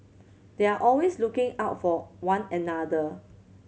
they are always looking out for one another